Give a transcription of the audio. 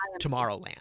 Tomorrowland